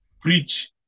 preach